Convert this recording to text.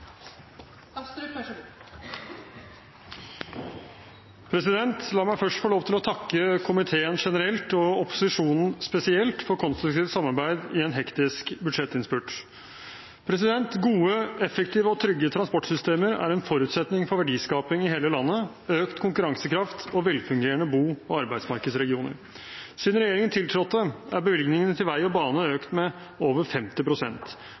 La meg først få lov til å takke komiteen generelt og opposisjonen spesielt for konstruktivt samarbeid i en hektisk budsjettinnspurt. Gode, effektive og trygge transportsystemer er en forutsetning for verdiskaping i hele landet, økt konkurransekraft og velfungerende bo- og arbeidsmarkedsregioner. Siden regjeringen tiltrådte, er bevilgningene til vei og bane økt med over